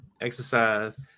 exercise